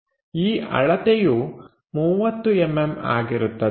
ಈ ಅಳತೆಯು 30mm ಆಗಿರುತ್ತದೆ